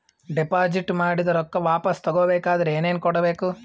Deposit ಮಾಡಿದ ರೊಕ್ಕ ವಾಪಸ್ ತಗೊಬೇಕಾದ್ರ ಏನೇನು ಕೊಡಬೇಕು?